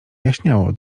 jaśniało